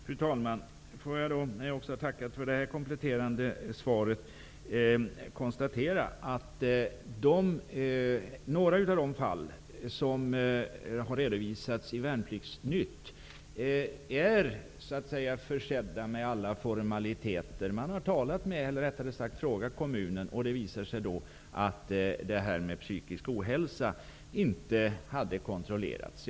Fru talman! Får jag, efter att ha tackat för det här kompletterande svaret, konstatera att några av de fall som har redovisats i Värnpliktsnytt så att säga är försedda med alla formaliteter. Man har frågat kommunen, och det visar sig då att det här med psykisk ohälsa icke hade kontrollerats.